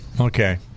Okay